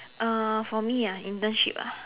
uh for me ah internship ah